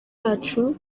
yacu